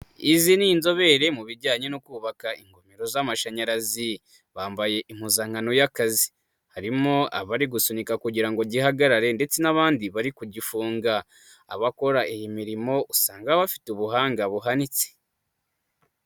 Izi ni inzobere mu bijyanye no kubaka ingomero z'amashanyarazi, bambaye impuzankano y'akazi harimo abari gusunika kugira ngo gihagarare ndetse n'abandi bari kugifunga. Abakora iyi mirimo usanga bafite ubuhanga buhanitse.